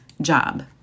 job